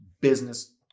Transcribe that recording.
business